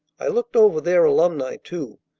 i looked over their alumni, too,